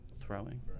throwing